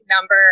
number